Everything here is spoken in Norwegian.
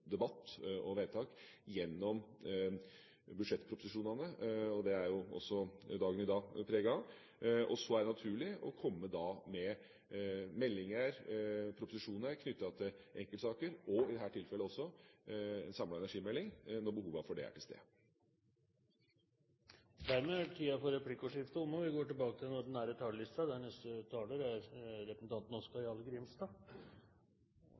debatt og vedtak gjennom budsjettproposisjonene, og det er også dagen i dag preget av. Og så er det naturlig å komme med meldinger og proposisjoner knyttet til enkeltsaker, og i dette tilfellet også en samlet energimelding når behovet for det er til stede. Replikkordskiftet er omme. De talere som heretter får ordet, har en taletid på inntil 3 minutter. Denne saka står fram som eit tydeleg eksempel på saker opposisjonen har fremma og